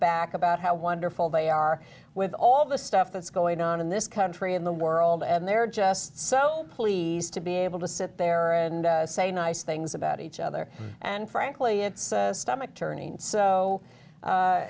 back about how wonderful they are with all the that's going on in this country in the world and they're just so pleased to be able to sit there and say nice things about each other and frankly it's stomach turning so